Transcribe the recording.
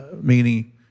meaning